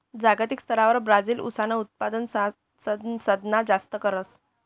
जागतिक स्तरवर ब्राजील ऊसनं उत्पादन समदासमा जास्त करस